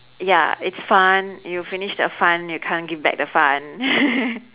ya it's fun you finish the fun you can't give back the fun